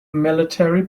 military